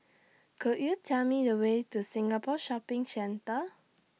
Could YOU Tell Me The Way to Singapore Shopping Centre